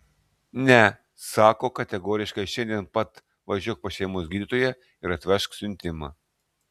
ne sako kategoriškai šiandien pat važiuok pas šeimos gydytoją ir atvežk siuntimą